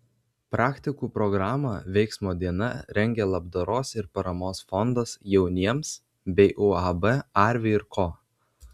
praktikų programą veiksmo diena rengia labdaros ir paramos fondas jauniems bei uab arvi ir ko